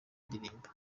ndirimbo